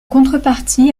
contrepartie